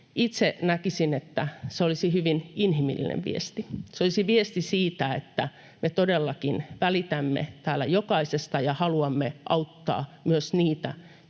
Itse näkisin, että se olisi hyvin inhimillinen viesti. Se olisi viesti siitä, että me todellakin välitämme täällä jokaisesta ja haluamme auttaa myös niitä,